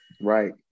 Right